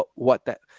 what, what that,